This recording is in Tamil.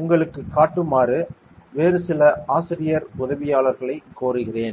உங்களுக்குக் காட்டுமாறு வேறு சில ஆசிரியர் உதவியாளர்களைக் கோருகிறேன்